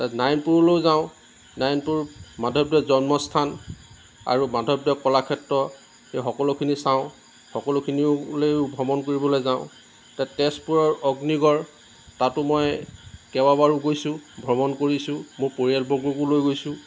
নাৰায়ণপুৰলৈ যাওঁ নাৰায়ণপুৰ মাধৱদেৱৰ জন্ম স্থান আৰু মাধৱদেৱ কলাক্ষেত্ৰ এই সকলোখিনি চাওঁ সকলোখিনিলেও ভ্ৰমণ কৰিবলৈ যাওঁ এতিয়া তেজপুৰৰ অগ্নিগড় তাতো মই কেইবাবাৰো গৈছোঁ ভ্ৰমণ কৰিছোঁ মোৰ পৰিয়ালবৰ্গকো লৈ গৈছোঁ